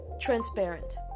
transparent